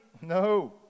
No